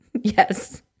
yes